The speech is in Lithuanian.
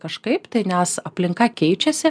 kažkaip tai nes aplinka keičiasi